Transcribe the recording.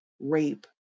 rape